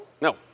No